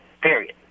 period